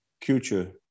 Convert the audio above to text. culture